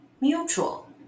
mutual